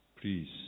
Please